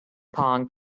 pong